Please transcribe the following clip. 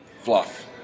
fluff